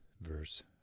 verse